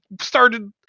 started